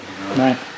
right